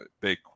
big